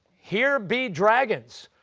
here be dragons,